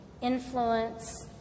influence